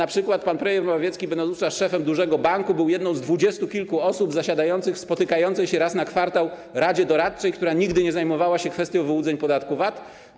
Np. pan premier Morawiecki, będąc wówczas szefem dużego banku, był jedną z dwudziestu kilku osób zasiadających w spotykającej się raz na kwartał radzie doradczej, która nigdy nie zajmowała się kwestią wyłudzeń podatku VAT.